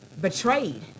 betrayed